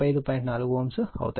4 Ω అవుతాయి